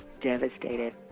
devastated